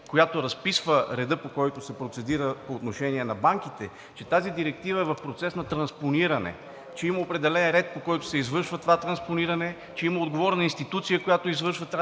която разписа реда, по който се процедира по отношение на банките, че тази директива е в процес на транспониране, че има определен ред, по който се извършва това транспониране, че има отговорна институция, която извършва